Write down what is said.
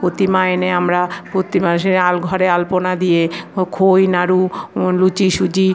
প্রতিমা এনে আমরা প্রতি মানুষের আল ঘরে আলপনা দিয়ে ও খই নাড়ু লুচি সুজি